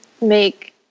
make